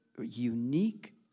unique